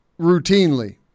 routinely